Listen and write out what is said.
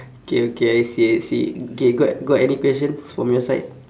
okay okay I see I see K got got any questions from your side